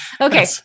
Okay